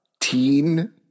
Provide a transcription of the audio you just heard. Teen